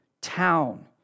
town